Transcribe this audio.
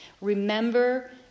Remember